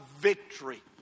victory